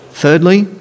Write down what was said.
Thirdly